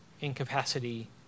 incapacity